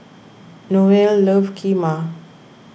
Noelle loves Kheema